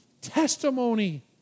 testimony